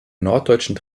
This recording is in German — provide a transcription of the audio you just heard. norddeutschen